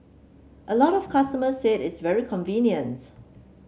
a lot of customers said it's very convenient